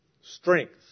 Strength